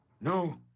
no